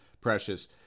Precious